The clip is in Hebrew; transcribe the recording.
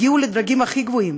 הגיעו לדרגים הכי גבוהים,